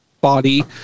body